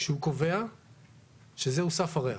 שהוא קובע שזהו סף הריח.